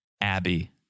Abby